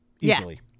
Easily